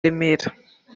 remera